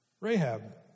Rahab